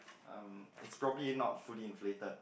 um it's probably not fully inflated